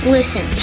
Listen